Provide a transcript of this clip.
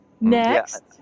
next